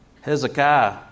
Hezekiah